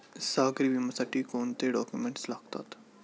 सागरी विम्यासाठी कोणते डॉक्युमेंट्स लागतात?